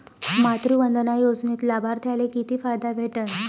मातृवंदना योजनेत लाभार्थ्याले किती फायदा भेटन?